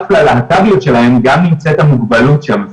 ללהט"ביות שלהם גם נמצאת המוגבלות שם,